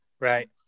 Right